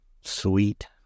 Sweet